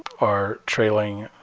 are trailing.